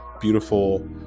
beautiful-